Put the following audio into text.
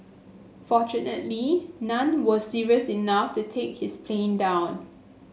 fortunately none were serious enough to take his plane down